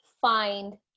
find